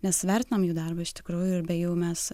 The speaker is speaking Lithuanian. mes vertinam jų darbą iš tikrųjų ir be jų mes